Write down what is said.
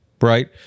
right